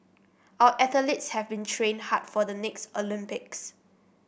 our athletes have been train hard for the next Olympics